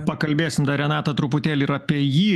pakalbėsim dar renata truputėlį ir apie jį